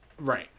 Right